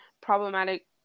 problematic